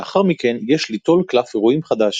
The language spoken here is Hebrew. לאחר מכן יש ליטול קלף אירועים חדש.